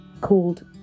called